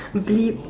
bleep